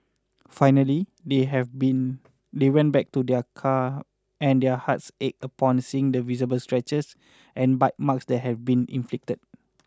finally they have been they went back to their car and their hearts ached upon seeing the visible scratches and bite marks that have been inflicted